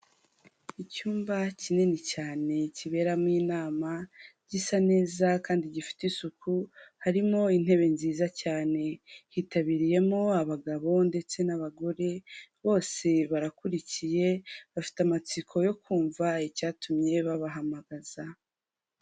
Icyumba kinini cyane kiberamo inama, gisa neza kandi gifite isuku, harimo intebe nziza cyane, hitabiriyemo abagabo ndetse n'abagore, bose barakurikiye, bafite amatsiko yo kumva icyatumye babahamagaza.